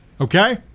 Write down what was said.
Okay